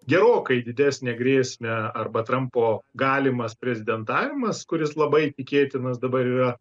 gerokai didesnę grėsmę arba trampo galimas prezidentavimas kuris labai tikėtinas dabar yra